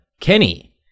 Kenny